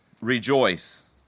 rejoice